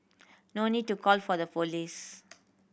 no need to call for the police